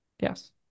yes